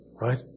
right